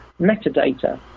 metadata